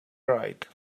right